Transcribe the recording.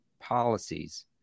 policies